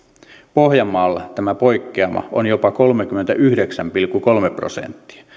pohjanmaalla tämä poikkeama on jopa kolmekymmentäyhdeksän pilkku kolme prosenttia